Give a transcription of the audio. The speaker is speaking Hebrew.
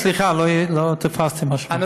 סליחה, לא תפסתי מה שאמרת.